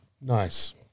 Nice